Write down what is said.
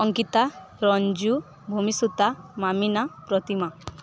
Ankita Ranju Bhumisuta Mamina Pratima